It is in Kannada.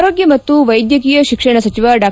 ಆರೋಗ್ಯ ಮತ್ತು ವೈದ್ಯಕೀಯ ಶಿಕ್ಷಣ ಸಚಿವ ಡಾ